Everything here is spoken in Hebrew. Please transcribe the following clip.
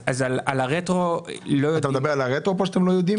אתה מדבר על הרטרו שאתם לא יודעים?